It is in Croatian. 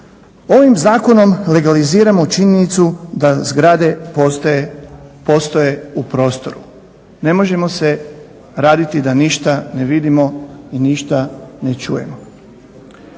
Ovim zakonom legaliziramo činjenicu da zgrade postoje u prostoru. Ne možemo se praviti da ništa ne vidimo i ništa ne čujemo.